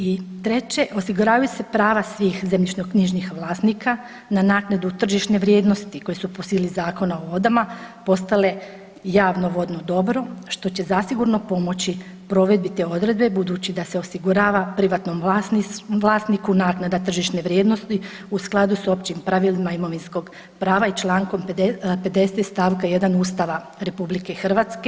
I treće, osiguravaju se prava svih zemljišnoknjižnih vlasnika na naknadu tržišne vrijednosti koji su po sili Zakona o vodama postale javno vodno dobro, što će zasigurno pomoći provedbi te odredbe budući da se osigurava privatnom vlasniku naknada tržišne vrijednosti u skladu s općim pravilima imovinskog prava i čl. 50. st. 1. Ustava RH.